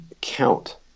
count